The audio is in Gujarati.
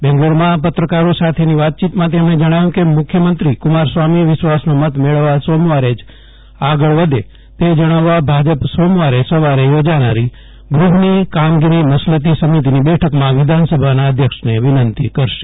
બેંગ્લોરમાં પત્રકારો સાથેની વાતચીતમાં તેમણે જણાવ્યુ કે મુખ્યમંત્રી કુમારસ્વામી વિશ્વાસનો મત મેળવવા સોમવારે જ આગળ વધે તે જણાવવા ભાજપ સોમવારે સવારે થો જાનારી ગૃહની કામગીરી મસલતી સિમિતિની બેઠકમાં વિધાનસભાના અધ્યક્ષને વિનંતી કરશે